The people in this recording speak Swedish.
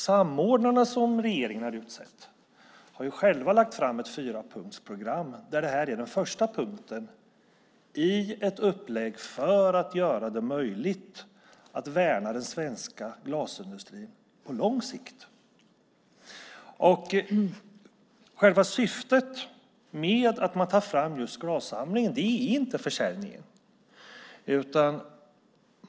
Samordnarna som regeringen har utsett har själva lagt fram ett fyrapunktsprogram, där det här är den första punkten i ett upplägg för att göra det möjligt att värna den svenska glasindustrin på lång sikt. Själva syftet med att ta fram just glassamlingen är inte försäljningen.